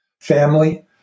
family